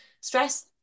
stress